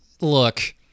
look